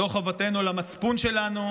זו חובתנו למצפון שלנו,